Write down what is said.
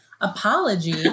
apology